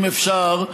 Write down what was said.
אם אפשר,